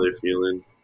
feeling